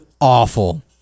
awful